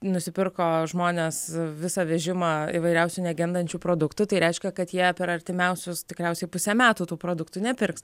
nusipirko žmonės visą vežimą įvairiausių negendančių produktų tai reiškia kad jie per artimiausius tikriausiai pusę metų tų produktų nepirks